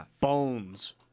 Bones